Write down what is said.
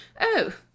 Oh